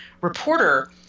reporter